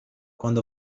quando